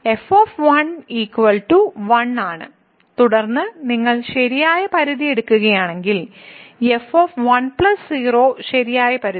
f 1 ആണ് തുടർന്ന് നിങ്ങൾ ശരിയായ പരിധി എടുക്കുകയാണെങ്കിൽ f 1 0 ശരിയായ പരിധി